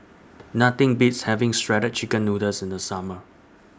Nothing Beats having Shredded Chicken Noodles in The Summer